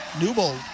Newbold